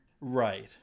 Right